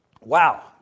Wow